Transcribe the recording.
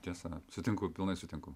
tiesa sutinku pilnai sutinku